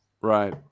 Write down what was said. right